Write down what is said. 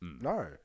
No